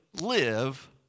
live